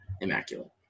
immaculate